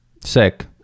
Sick